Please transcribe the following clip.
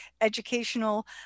educational